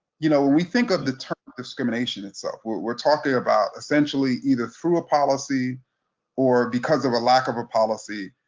you know we think of the term discrimination itself what we're talking about essentially either through a policy or because of a lack of a policy,